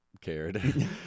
cared